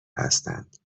هستند